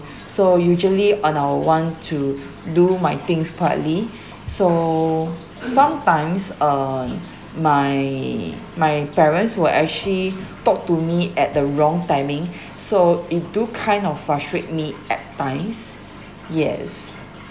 so usually on I will want to do my things quietly so sometimes um my my parents will actually talk to me at the wrong timing so it do kind of frustrate me at times yes